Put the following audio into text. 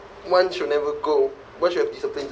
one should never go one should have discipline